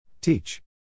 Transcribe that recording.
Teach